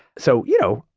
so, you know,